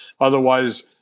Otherwise